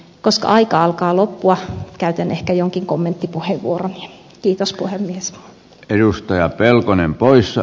koska aika alkaa loppua käytän ehkä jonkin kommenttipuheenvuoron kiitos puhemies edustaja pelkonen poissa